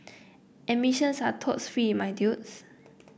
admissions are totes free my dudes